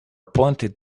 pointed